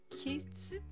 kids